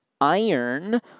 iron